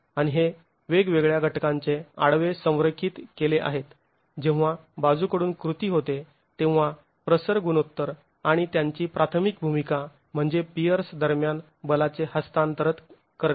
आणि हे वेगवेगळ्या घटकांचे आडवे संरेखित केले आहेत जेव्हा बाजूकडून कृती होते तेव्हा प्रसर गुणोत्तर आणि त्यांची प्राथमिक भूमिका म्हणजे पियर्स दरम्यान बलाचे हस्तांतरण करणे